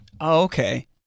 Okay